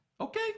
Okay